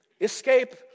escape